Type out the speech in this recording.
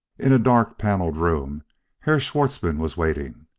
in a dark-panelled room herr schwartzmann was waiting.